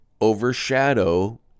overshadow